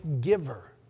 giver